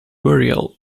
burial